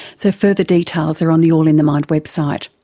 so further details are on the all in the mind website.